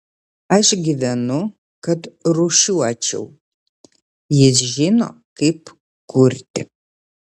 aš gyvenu kad rūšiuočiau jis žino kaip kurti